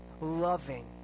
loving